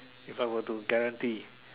if I were to guarantee